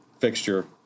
fixture